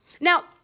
Now